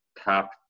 top